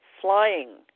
flying